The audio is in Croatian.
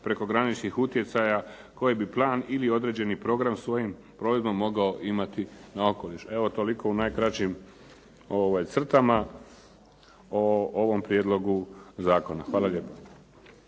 prekograničnih utjecaja koji bi plan ili određeni program svojom provedbom mogao imati na okoliš. Evo toliko u najkraćim crtama o ovom prijedlogu zakona. Hvala lijepo.